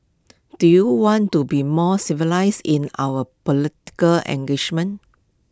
do you want to be more civilised in our political